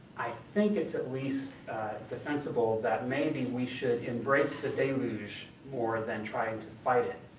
i think it's at least defensible that maybe we should embrace the deluge more than trying to fight it.